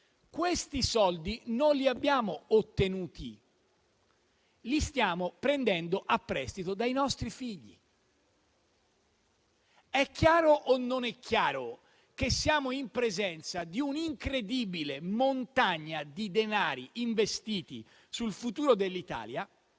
Questi soldi non li abbiamo ottenuti. Li stiamo prendendo a prestito dai nostri figli. È chiaro o non è chiaro che siamo in presenza di un'incredibile montagna di denari investiti sul futuro dell'Italia,